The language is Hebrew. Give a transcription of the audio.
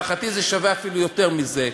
להערכתי זה שווה אפילו יותר מזה.